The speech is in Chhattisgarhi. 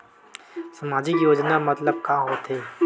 सामजिक योजना मतलब का होथे?